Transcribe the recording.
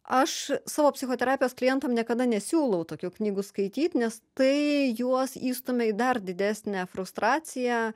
aš savo psichoterapijos klientam niekada nesiūlau tokių knygų skaityt nes tai juos įstumia į dar didesnę frustraciją